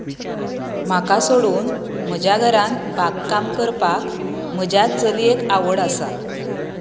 म्हाका सोडून म्हज्या घरांत बागकाम करपाक म्हज्या चलयेक आवड आसा